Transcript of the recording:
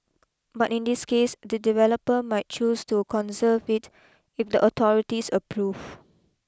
but in this case the developer might choose to conserve it if the authorities approve